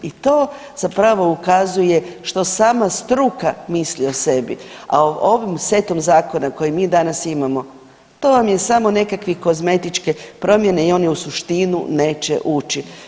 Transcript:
I to zapravo ukazuje što sama struka misli o sebi, a ovim setom zakona koji mi danas imamo, to vam je samo nekakvi kozmetičke promjene i one u suštinu neće ući.